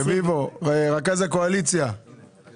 שהיא כבר גבוהה יותר לעומת מה שזה בגלל השינוי שעשינו פה.